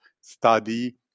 study